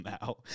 now